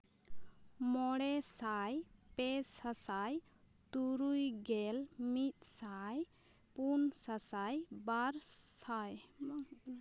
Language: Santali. ᱢᱚᱬᱮ ᱥᱟᱭ ᱯᱮ ᱥᱟᱥᱟᱭ ᱛᱩᱨᱩᱭ ᱜᱮᱞ ᱢᱤᱫ ᱥᱟᱭ ᱯᱩᱱ ᱥᱟᱥᱟᱭ ᱵᱟᱨ ᱥᱟᱭ